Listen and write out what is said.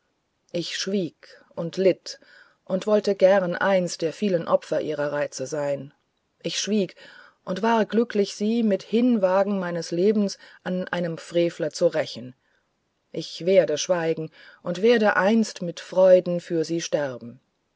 ich schwieg und litt und wollte gern eins der vielen opfer ihrer reize sein ich schwieg und war glücklich sie mit hinwagen meines lebens an einem frevler zu rächen ich werde schweigen und werde einst mit freuden für sie sterben